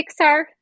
Pixar